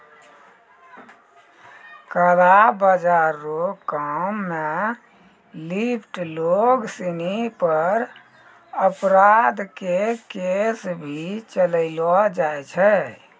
काला बाजार रो काम मे लिप्त लोग सिनी पर अपराध के केस भी चलैलो जाय छै